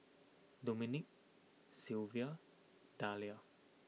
Domenick Silvia Dalia